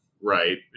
Right